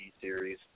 series